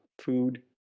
Food